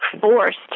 forced